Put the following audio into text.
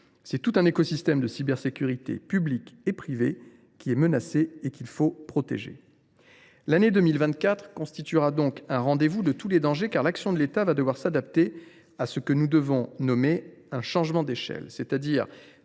C’est tout un écosystème de cybersécurité public et privé qui est menacé et qu’il faut protéger. L’année 2024 constituera donc le rendez vous de tous les dangers, car l’action de l’État devra s’adapter à ce qu’il faut nommer un changement d’échelle : il s’agira